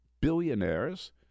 billionaires